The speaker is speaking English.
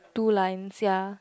two lines ya